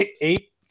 eight